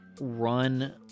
run